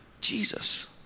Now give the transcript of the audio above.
Jesus